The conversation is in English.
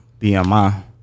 BMI